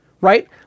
right